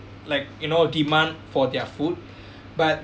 like you know demand for their food but